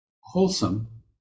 wholesome